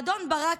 האדון ברק,